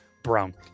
brown